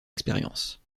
expérience